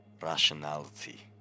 Rationality